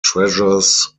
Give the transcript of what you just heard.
treasures